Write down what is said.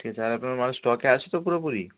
ঠিক আছে আর আপনার মাল স্টকে আছে তো পুরোপুরি